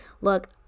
look